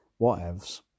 Whatevs